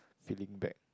feeling back